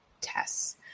tests